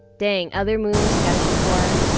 dang. other moons you gotta shoot for.